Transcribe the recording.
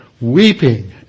weeping